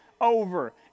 over